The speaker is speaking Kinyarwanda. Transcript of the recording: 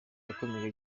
yakomeje